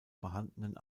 vorhandenen